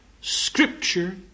Scripture